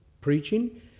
preaching